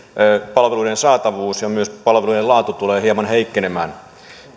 palveluiden saatavuus ja myös palvelujen laatu tulee hieman heikkenemään